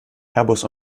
airbus